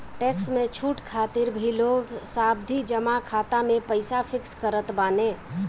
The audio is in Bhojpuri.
टेक्स में छूट खातिर भी लोग सावधि जमा खाता में पईसा फिक्स करत बाने